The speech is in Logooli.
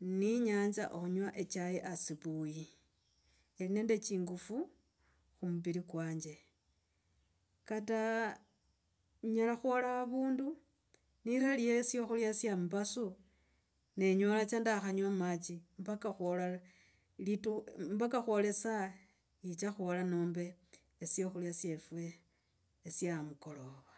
ni nyanza okhunywa echai asubuhi. Ali nende chingufu khu mumbiri kwanje kata nyela khwala avundu nelatire syakhula sya mombasa nenyola ndakhanywa matsi mpaka khualala mpaka khuola esaa yicha khuola nombe syakhola syefwe sya amukolova.